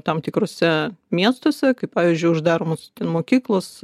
tam tikruose miestuose kai pavyzdžiui uždaromos mokyklos